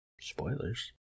Spoilers